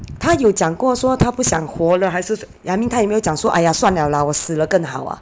她有讲过说她不想活了还是 I mean 她有没有讲说 !aiya! 算了 lah 我死了更好 ah